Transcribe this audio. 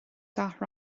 gach